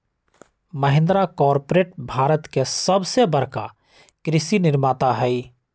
Mahindra corporate Bharat के सबसे बड़का कृषि निर्माता हई